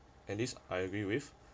and this I agree with